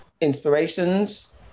inspirations